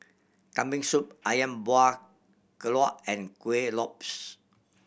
Kambing Soup Ayam Buah Keluak and Kuih Lopes